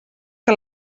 que